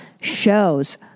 shows